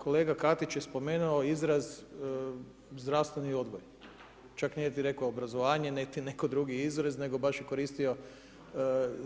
Kolega Katić je spomenuo izraz zdravstveni odgoj, čak nije rekao obrazovanje, nego neki drugi izraz nego baš je koristio